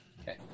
Okay